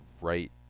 right